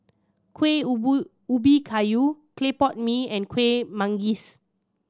kuih ubi kayu clay pot mee and Kueh Manggis